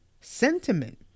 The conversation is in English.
sentiment